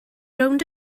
rownd